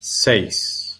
seis